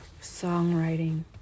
songwriting